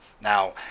Now